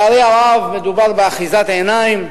לצערי הרב, מדובר באחיזת עיניים,